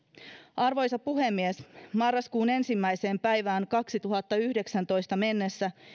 arvoisa puhemies marraskuun ensimmäiseen päivään kaksituhattayhdeksäntoista mennessä